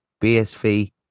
BSV